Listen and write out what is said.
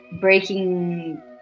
breaking